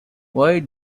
why